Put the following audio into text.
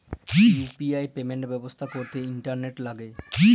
UPI payment ব্যবস্থা ক্যরতে internet ল্যাগে